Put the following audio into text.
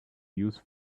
use